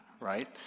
right